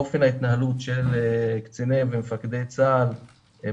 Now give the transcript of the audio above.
אופן ההתנהלות של קציני ומפקדי צבא ההגנה לישראל